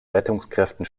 rettungskräften